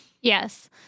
Yes